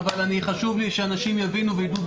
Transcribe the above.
חשוב לי שאנשים יבינו ויידעו,